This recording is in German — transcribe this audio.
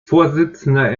vorsitzender